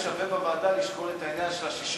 האם שווה בוועדה לשקול את העניין של ה-60%?